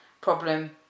problem